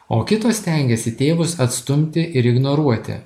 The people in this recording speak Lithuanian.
o kitos stengiasi tėvus atstumti ir ignoruoti